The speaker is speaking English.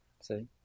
See